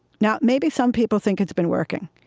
now maybe some people think it's been working,